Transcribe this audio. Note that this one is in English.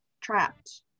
trapped